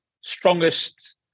strongest